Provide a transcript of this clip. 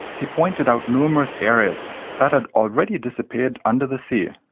he pointed out numerous areas that had already disappeared under the sea.